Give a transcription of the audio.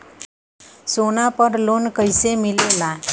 सोना पर loan कइसे मिलेला?